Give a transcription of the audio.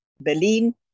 Berlin